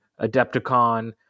Adepticon